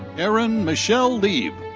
erin michelle lieb.